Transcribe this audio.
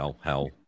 hell